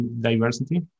diversity